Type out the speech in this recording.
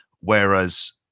Whereas